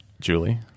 Julie